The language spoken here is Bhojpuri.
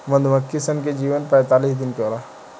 मधुमक्खी सन के जीवन पैतालीस दिन के होखेला